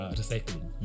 recycling